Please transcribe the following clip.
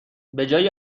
بجای